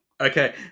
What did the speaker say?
Okay